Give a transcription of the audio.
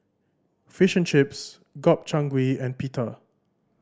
Fish and Chips Gobchang Gui and Pita